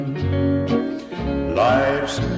Life's